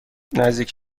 نزدیک